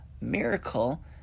miracle